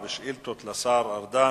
בשאילתות לשר ארדן.